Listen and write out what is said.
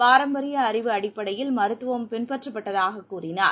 பாரம்பரிய அறிவு அடிப்படையில் மருத்துவம் பின்பற்றப்படுவதாக கூறினார்